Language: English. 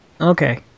Okay